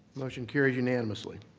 motion carries unanimously.